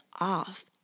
off